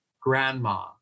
grandma